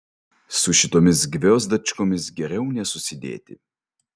su šitomis gviozdačkomis geriau nesusidėti